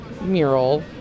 mural